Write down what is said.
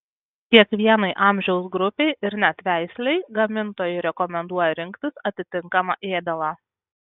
kiekvienai amžiaus grupei ir net veislei gamintojai rekomenduoja rinktis atitinkamą ėdalą